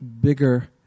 bigger